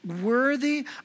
worthy